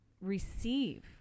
receive